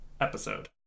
episode